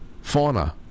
Fauna